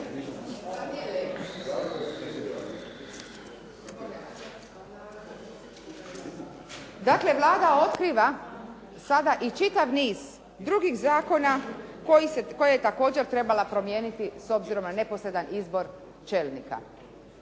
Dakle, Vlada otkriva sada i čitav niz drugih zakona koje je također trebala promijeniti s obzirom na neposredan izbor čelnika.